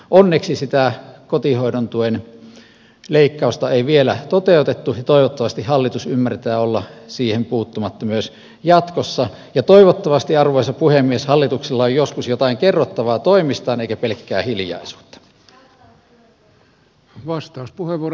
onneksi sitä kotihoidon tuen leikkausta ei vielä toteutettu ja toivottavasti hallitus ymmärtää olla siihen puuttumatta myös jatkossa ja toivottavasti arvoisa puhemies hallituksella on joskus jotain kerrottavaa toimistaan eikä pelkkää hiljaisuutta